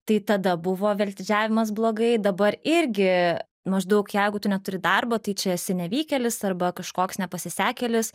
tai tada buvo veltėdžiavimas blogai dabar irgi maždaug jeigu tu neturi darbo tai čia esi nevykėlis arba kažkoks nepasisekėlis